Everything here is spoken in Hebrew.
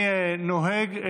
אני נוהג,